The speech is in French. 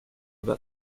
bas